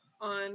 on